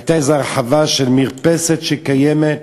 הייתה איזו הרחבה של מרפסת שקיימת,